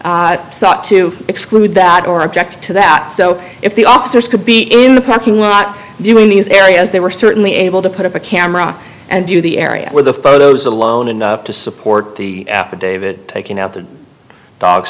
sought to exclude that or object to that so if the officers could be in the parking lot doing these areas they were certainly able to put up a camera and do the area where the photos alone and to support the affidavit taking out the dog